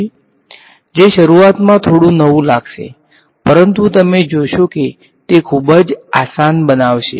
બીજું સમીકરણ જેમા મેં એક વધુ વેરીએબલ r રજૂ કર્યો છે જે શરૂઆતમાં થોડું નવુ લાગશે પરંતુ તમે જોશે કે તે ખુબ જ આસાન બનાવશે